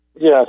Yes